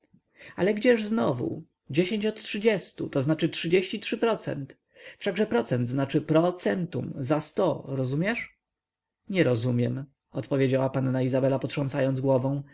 ale gdzież znowu dziesięć od trzydziestu to znaczy trzydzieści trzy procent wszakże procent znaczy pro centum za sto rozumiesz nie rozumiem odpowiedziała panna izabela potrząsając głową